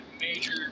major